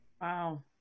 Wow